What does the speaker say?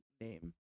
name